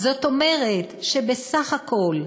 זאת אומרת שבסך הכול,